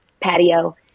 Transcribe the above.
patio